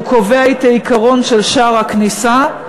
הוא קובע את העיקרון של שער הכניסה,